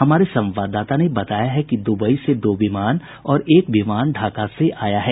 हमारे संवाददाता ने बताया है कि दुबई से दो विमान और एक विमान ढाका से आया है